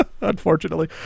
Unfortunately